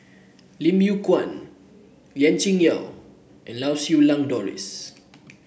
Lim Yew Kuan Lien Ying Chow and Lau Siew Lang Doris